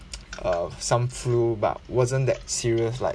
err some flu but wasn't that serious like